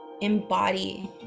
embody